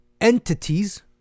entities